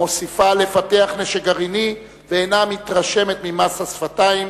המוסיפה לפתח נשק גרעיני ואינה מתרשמת ממס השפתיים